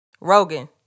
Rogan